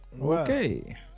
Okay